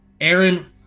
Aaron